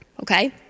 okay